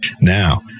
now